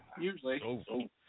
usually